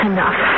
Enough